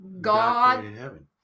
God